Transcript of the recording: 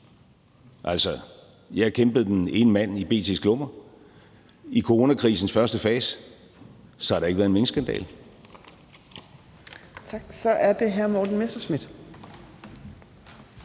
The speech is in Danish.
altså, jeg tog kampen ene mand i B.T.s klummer – i coronakrisens første fase, så havde der ikke været en minkskandale.